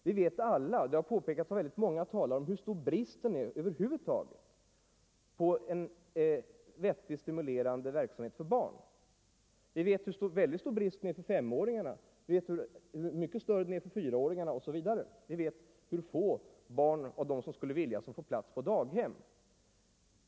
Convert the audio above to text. Vi vet alla — och det har påpekats av många — hur stor bristen är över huvud taget på en vettig, stimulerande verksamhet för barn. Vi vet hur väldigt stor bristen är för femåringarna, hur mycket större den är för fyraåringarna osv. Vi vet hur få barn av dem som skulle vilja som får plats på daghem.